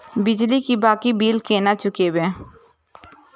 बिजली की बाकी बील केना चूकेबे?